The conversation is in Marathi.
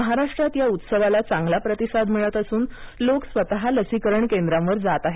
महाराष्ट्रात या उत्सवाला चांगला प्रतिसाद मिळत असून लोक स्वतः लसीकरण केंद्रांवर जात आहेत